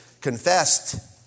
confessed